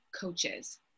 coaches